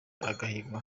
agahigo